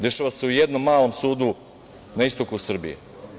Dešava se u jednom malom sudu na istoku Srbije.